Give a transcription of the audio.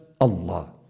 Allah